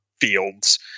fields